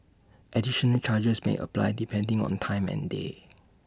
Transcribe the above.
additional charges may apply depending on time and day